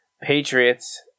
Patriots